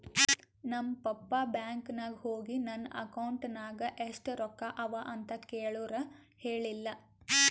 ನಮ್ papa bank ನಾಗ್ ಹೋಗಿ ನನ್ ಅಕೌಂಟ್ ನಾಗ್ ಎಷ್ಟ ರೊಕ್ಕಾ ಅವಾ ಅಂತ್ ಕೇಳುರ್ ಹೇಳಿಲ್ಲ